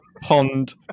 pond